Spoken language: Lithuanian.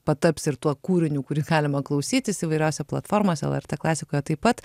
pataps ir tuo kūriniu kurį galima klausytis įvairiose platformose lrt klasikoje taip pat